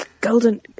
Golden